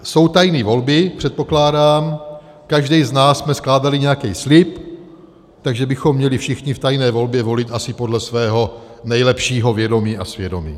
Jsou tajné volby, předpokládám, každý z nás jsme skládali nějaký slib, takže bychom měli všichni v tajné volbě volit asi podle svého nejlepšího vědomí a svědomí.